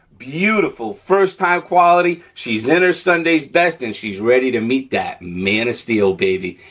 beautiful, first time quality, she's in her sunday's best, and she's ready to meet that man of steel, baby.